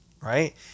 right